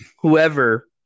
whoever